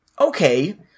okay